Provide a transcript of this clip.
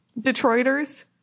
detroiters